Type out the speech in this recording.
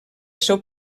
seu